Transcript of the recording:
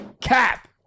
Cap